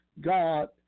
God